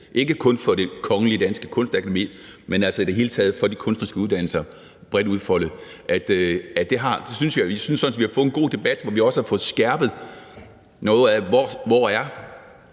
ikke kun for Det Kongelige Danske Kunstakademi, men i det hele taget for de kunstneriske uddannelser bredt udfoldet. Vi synes, vi har fået en god debat, og vi har også fået tydeliggjort, hvor